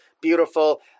beautiful